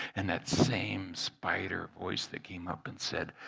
and that same spider voice that came up and said,